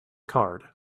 card